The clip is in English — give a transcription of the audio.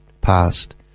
past